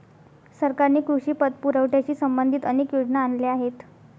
सरकारने कृषी पतपुरवठ्याशी संबंधित अनेक योजना आणल्या आहेत